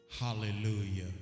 Hallelujah